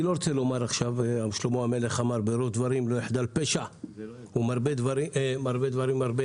אני לא רוצה לומר עכשיו על שלמה המלך שאמר "וכל המרבה דברים מביא